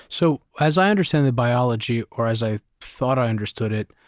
so as i understand the biology or as i thought i understood it,